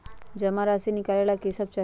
जमा राशि नकालेला कि सब चाहि?